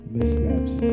missteps